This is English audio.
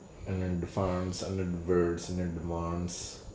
and then the farms under the birds and then the demands